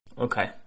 Okay